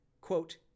quote